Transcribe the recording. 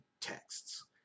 texts